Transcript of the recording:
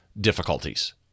difficulties